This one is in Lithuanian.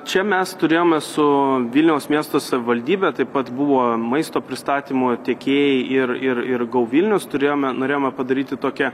čia mes turėjome su vilniaus miesto savivaldybe taip pat buvo maisto pristatymo tiekėjai ir ir ir go vilnius turėjome norėjome padaryti tokią